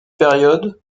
période